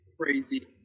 crazy